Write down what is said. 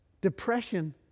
Depression